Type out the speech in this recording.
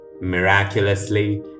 Miraculously